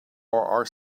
our